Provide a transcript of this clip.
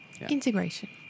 Integration